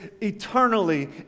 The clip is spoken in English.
eternally